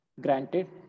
granted